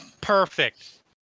Perfect